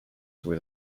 with